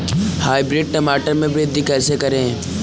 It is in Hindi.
हाइब्रिड टमाटर में वृद्धि कैसे करें?